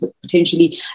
potentially